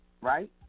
right